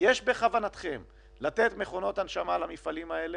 יש בכוונתכם לתת מכונות הנשמה למפעלים האלה,